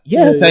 Yes